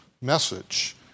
message